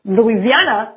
Louisiana